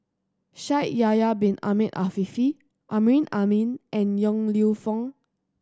Shaikh Yahya Bin Ahmed Afifi Amrin Amin and Yong Lew Foong